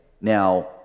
Now